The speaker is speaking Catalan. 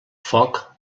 foc